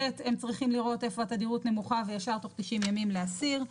ב' הם צריכים לראות איפה התדירות נמוכה ומיד בתוך 90 ימים להסיר.